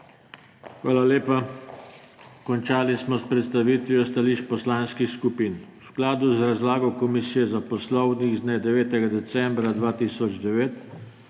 Hvala lepa. Končali smo s predstavitvijo stališč poslanskih skupin. V skladu z razlago Komisije za poslovnik z dne 9. decembra 2009